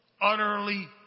utterly